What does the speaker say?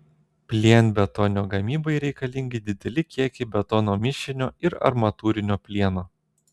plienbetonio gamybai reikalingi dideli kiekiai betono mišinio ir armatūrinio plieno